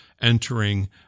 entering